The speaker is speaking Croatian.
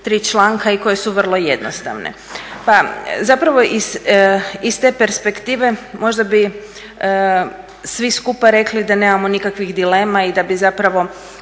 tri članka i koje su vrlo jednostavne. Pa zapravo iz te perspektive možda bi svi skupa rekli da nemamo nikakvih dilema i da bi zapravo